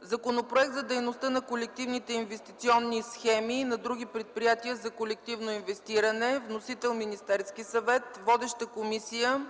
Законопроект за дейността на колективните инвестиционни схеми и на други предприятия за колективно инвестиране. Вносител: Министерският съвет. Водеща е Комисията